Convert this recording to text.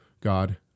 God